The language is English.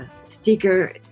sticker